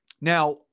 Now